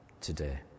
today